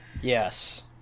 Yes